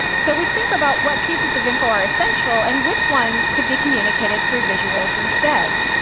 so we think about what pieces of info are essential and which ones could be communicated through visuals instead.